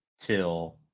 till